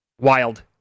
Wild